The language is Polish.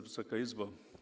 Wysoka Izbo!